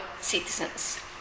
citizens